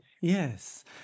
Yes